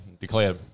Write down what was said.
Declared